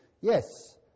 Yes